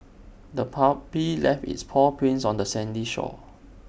the puppy left its paw prints on the sandy shore